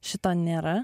šito nėra